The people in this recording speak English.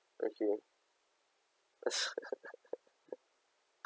okay